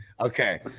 Okay